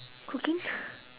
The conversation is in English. cooking